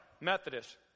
Methodist